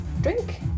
Drink